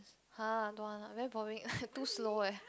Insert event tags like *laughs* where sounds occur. [huh] don't want lah very boring *laughs* too slow eh